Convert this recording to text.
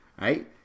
right